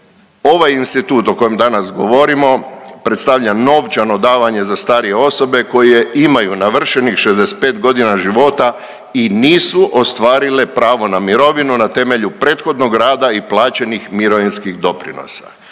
ovaj institut o kojem danas govorimo predstavlja novčano davanje za starije osobe koje imaju navršenih 65 godina života i nisu ostvarile pravo na mirovinu na temelju prethodnog rada i plaćenih mirovinskih doprinosa.